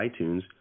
iTunes